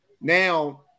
Now